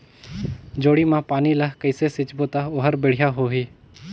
जोणी मा पानी ला कइसे सिंचबो ता ओहार बेडिया होही?